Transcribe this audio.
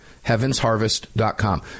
Heavensharvest.com